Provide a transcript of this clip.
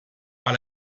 par